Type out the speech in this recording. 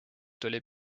tuli